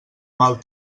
mal